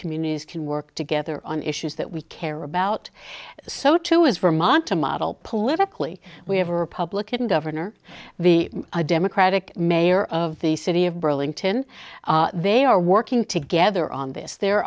communities can work together on issues that we care about so too is vermont to model politically we have a republican governor the democratic mayor of the city of burlington they are working together on this there